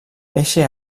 eixe